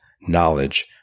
knowledge